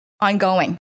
ongoing